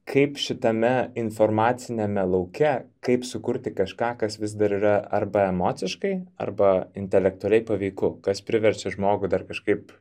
kaip šitame informaciniame lauke kaip sukurti kažką kas vis dar yra arba emociškai arba intelektualiai paveiku kas priverčia žmogų dar kažkaip